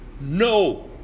No